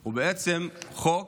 הוא בעצם חוק